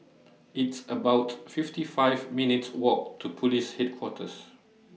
It's about fifty five minutes' Walk to Police Headquarters